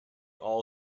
all